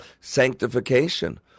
sanctification